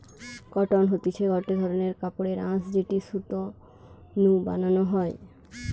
cotton হতিছে গটে ধরণের কাপড়ের আঁশ যেটি সুতো নু বানানো হয়